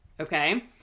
okay